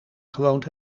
gewoond